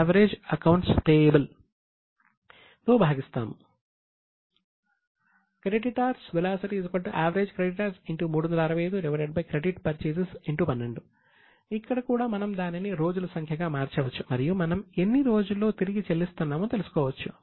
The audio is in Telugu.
average creditors 365 creditors velocity credit purchases 12 ఇక్కడ కూడా మనం దానిని రోజుల సంఖ్యగా మార్చవచ్చు మరియు మనం ఎన్ని రోజుల్లో తిరిగి చెల్లిస్తున్నామో తెలుసుకోవచ్చు